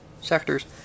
sectors